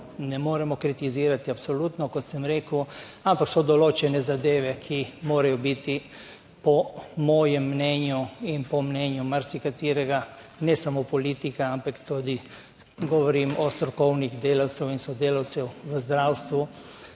ne moremo kritizirati, absolutno, kot sem rekel. Ampak so določene zadeve, ki morajo biti, po mojem mnenju in po mnenju marsikaterega, ne samo politika, ampak tudi govorim o strokovnih delavcev in sodelavcev v zdravstvu